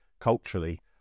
culturally